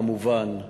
כמובן,